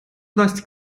дасть